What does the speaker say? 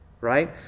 right